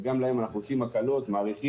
אז גם להם אנחנו עושים הקלות מאריכים